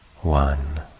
one